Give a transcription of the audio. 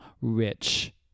rich